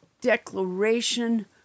declaration